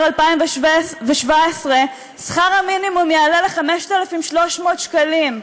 2017 שכר המינימום יעלה ל-5,300 שקלים.